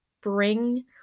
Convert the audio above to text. Bring